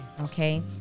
okay